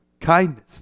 kindness